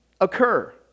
occur